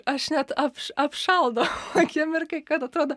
aš net apš apšaldau akimirkai kad atrodo